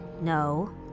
No